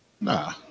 Nah